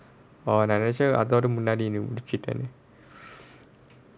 oh ah நினைச்சேன் அதோட முன்னாடி நீ முடிச்சிட்டனு:ninaichaen athoda munnaadi nee mudichittanu